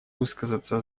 высказаться